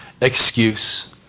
excuse